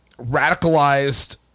radicalized